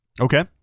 Okay